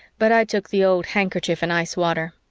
but i took the old handkerchief in ice water.